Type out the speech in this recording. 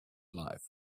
life